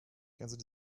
kennst